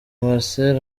marcel